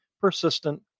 Persistent